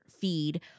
feed